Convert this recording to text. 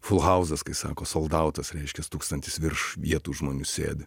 flauzas kai sako soldautas reiškias tūksantis virš vietų žmonių sėdi